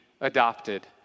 adopted